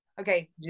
okay